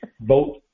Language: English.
vote